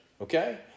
okay